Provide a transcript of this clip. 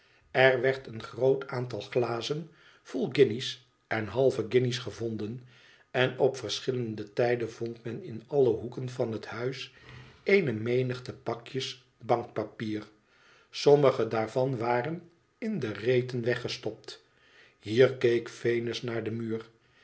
er werd een groot aantal glazen vol guinjes en halve guinjes gevonden en op verschillende tijden vond men in alle hoeken van het huis eene menigte pakjes bankpapier sommige daarvan waren in de reten weggestopt hier keek venus naar den muur